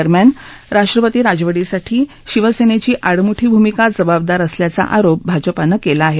दरम्यान राष्ट्रपती राजवटीसाठी शिवसेनेची आडमुठी भूमिका जबाबदार असल्याचा आरोप भाजपानं केला आहे